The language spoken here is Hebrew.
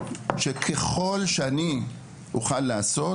שככל שאני אוכל לעשות,